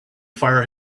fire